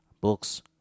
books